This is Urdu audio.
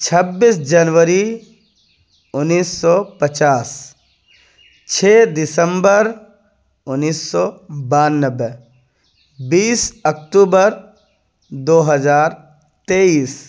چھبیس جنوری انیس سو پچاس چھ دسمبر انیس سو بانوے بیس اکتوبر دو ہزار تیئیس